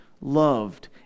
loved